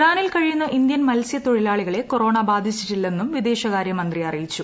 ഇറാനിൽ കഴിയുന്ന ഇന്ത്യൻ മത്സ്യത്തൊഴിലാളികളെ കൊറോണ ബാധിച്ചിട്ടില്ലെന്നും വിദേശകാര്യ മന്ത്രി അറിയിച്ചു